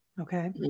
Okay